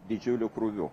didžiuliu krūviu